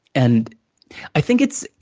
and i think it's,